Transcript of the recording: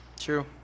True